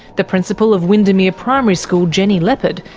the principal of windermere primary school, jenny leppard,